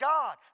God